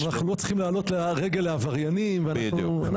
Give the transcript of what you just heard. אז אנחנו לא צריכים לעלות לרגל לעבריינים ואנחנו --- בדיוק,